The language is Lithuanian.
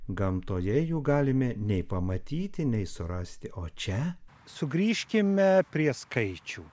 gamtoje jų galime nei pamatyti nei surasti o čia sugrįžkime prie skaičių